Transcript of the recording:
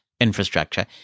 infrastructure